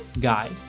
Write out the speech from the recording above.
guide